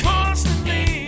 Constantly